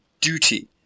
duty